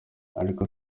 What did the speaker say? ariko